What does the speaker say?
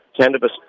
cannabis